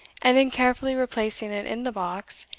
and then carefully replacing it in the box,